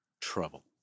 trouble